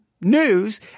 news